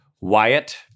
Wyatt